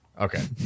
Okay